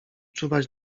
czuwać